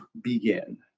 begin